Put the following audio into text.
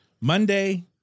Monday